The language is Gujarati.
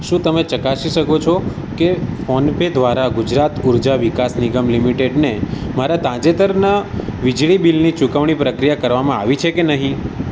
શું તમે ચકાસી શકો છો કે ફોનપે દ્વારા ગુજરાત ઊર્જા વિકાસ નિગમ લિમિટેડને મારા તાજેતરના વીજળી બિલની ચુકવણી પ્રક્રિયા કરવામાં આવી છે કે નહીં